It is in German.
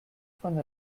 von